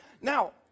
now